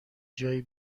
جایی